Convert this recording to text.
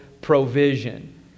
provision